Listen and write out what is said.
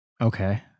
Okay